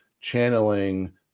channeling